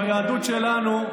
ביהדות שלנו,